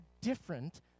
different